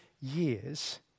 years